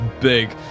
big